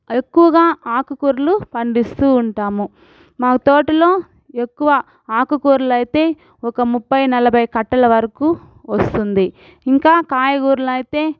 ఎక్కువగా ఆకుకూరలు పండిస్తు ఉంటాము మా తోటలో ఎక్కువ ఆకు కూరలైతే ఒక ముప్పై నలభై కట్టల వరకు వస్తుంది ఇంకా కాయకూరలైతే